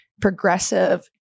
progressive